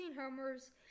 homers